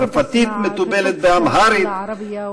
צרפתית מתובלת באמהרית,